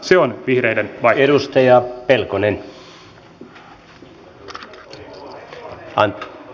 se on vihreiden vaihtoehto